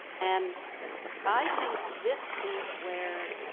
and i think this is where